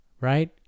right